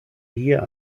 hier